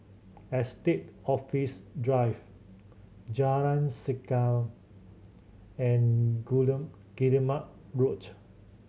Estate Office Drive Jalan Segam and Road